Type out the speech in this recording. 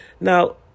Now